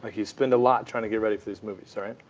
like you spend a lot trying to get ready for these movie, so right?